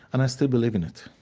and i still believe in it.